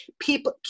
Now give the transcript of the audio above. people